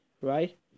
right